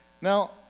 Now